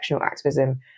activism